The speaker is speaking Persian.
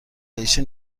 قیچی